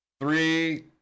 Three